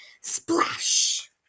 Splash